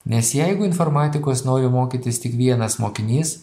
nes jeigu informatikos nori mokytis tik vienas mokinys